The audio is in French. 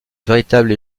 véritable